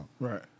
Right